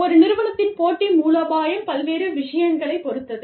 ஒரு நிறுவனத்தின் போட்டி மூலோபாயம் பல்வேறு விஷயங்களைப் பொறுத்தது